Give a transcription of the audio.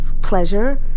pleasure